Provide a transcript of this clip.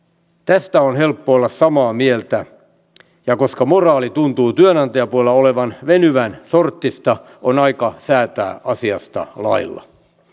tästä on helppo olla samaa mieltä ja koska moraali tuntuu työnantajapuolella olevan venyvänsorttista on aika säätää asiasta lailla